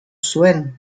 zuen